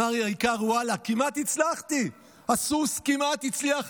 אמר האיכר: ואללה, כמעט הצלחתי, הסוס כמעט הצליח.